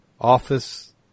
Office